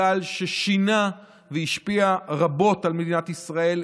גל ששינה והשפיע רבות על מדינת ישראל,